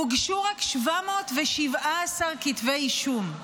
הוגשו רק 717 כתבי אישום.